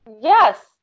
yes